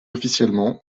officiellement